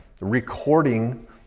recording